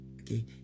Okay